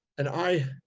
and i,